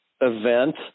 event